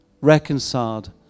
reconciled